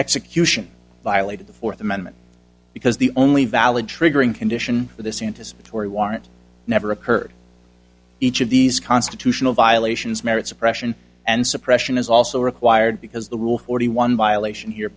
execution violated the fourth amendment because the only valid triggering condition for this anticipatory warrant never occurred each of these constitutional violations merits oppression and suppression is also required because the rule forty one violation here